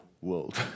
world